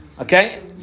Okay